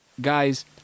Guys